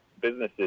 businesses